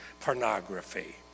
pornography